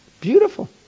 Beautiful